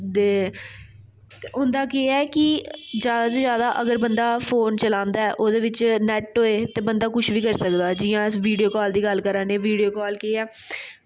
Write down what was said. ते होंदा केह् ऐ कि जादा शा जादा अगर बंदा फोन चलांदा ऐ ओह्दे बिच्च नैट होऐ तं बंदा कुछ बी करी सकदा ऐ जियां अस वीडियो कॉल दी गल्ल करा ने वीडियो कॉल केह् ऐ